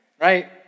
right